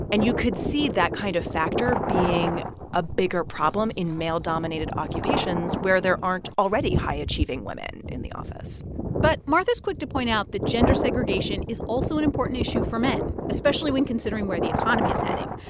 and you could see that kind of factor being a bigger problem in male-dominated occupations, where there aren't already high-achieving women in the office but martha's quick to point out that gender segregation is also an important issue for men, especially when considering where the economy is heading.